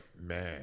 man